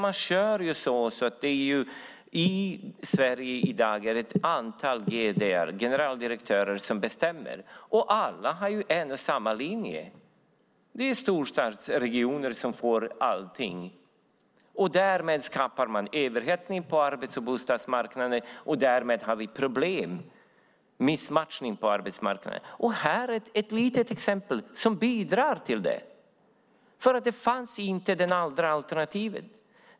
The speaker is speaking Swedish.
Man kör på det sättet att det i Sverige i dag är ett antal generaldirektörer som bestämmer, och alla har en och samma linje. Det är storstadsregioner som får allting. Därmed skapar man överhettning på arbets och bostadsmarknaden och därmed har vi problem, missmatchning på arbetsmarknaden. Det här är ett litet exempel som bidrar till det, för det fanns inte något andra alternativ.